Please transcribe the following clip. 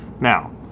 Now